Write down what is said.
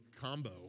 combo